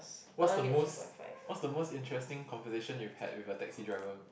what's the most what's the most interesting conversation you've had with the taxi driver